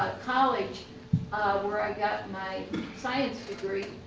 college where i got my science degree?